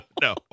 No